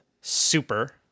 Super